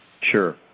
Sure